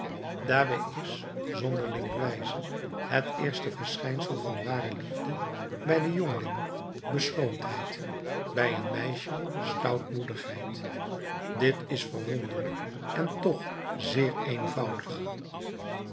daarbij is zonderlinger wijze het eerste verschijnsel van ware liefde bij den jongeling beschroomdheid bij een meisje stoutmoedigheid dit is verwonderlijk en toch zeer eenvoudig